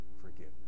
forgiveness